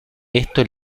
esto